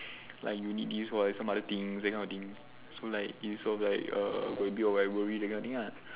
like you need this or some other thing that kind of thing so like it sort of like err will a bit of like worry that kind of thing lah